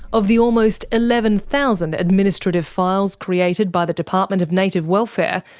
of the almost eleven thousand administrative files created by the department of native welfare,